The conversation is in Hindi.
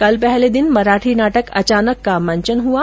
कल पहले दिन मराठी नाटक अचानक का मंचन हुआ